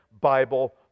Bible